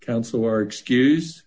counsel or excuse